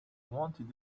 wanted